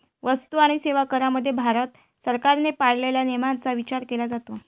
वस्तू आणि सेवा करामध्ये भारत सरकारने पाळलेल्या नियमांचा विचार केला जातो